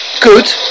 good